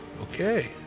Okay